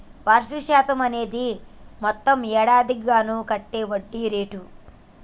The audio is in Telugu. వార్షిక శాతం అనేది మొత్తం ఏడాదికి గాను కట్టే వడ్డీ రేటు